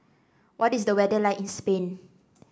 what is the weather like in Spain